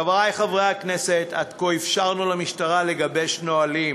חברי חברי הכנסת, עד כה אפשרנו למשטרה לגבש נהלים,